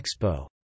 Expo